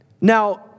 Now